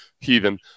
heathen